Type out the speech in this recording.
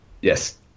Yes